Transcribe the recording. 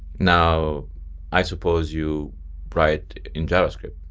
now i suppose you write in javascript.